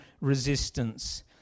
resistance